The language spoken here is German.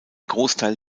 großteil